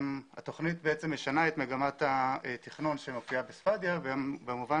התכנית משנה את מגמת התכנון שמופיעה בספדיה במובן